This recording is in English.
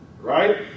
Right